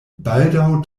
baldaŭ